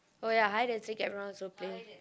oh ya hide and seek everyone also play